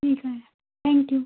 ठीक आहे thank you